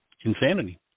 insanity